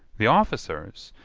the officers,